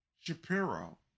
Shapiro